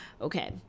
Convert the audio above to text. okay